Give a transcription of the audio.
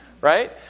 Right